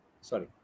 Sorry